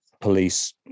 police